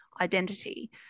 identity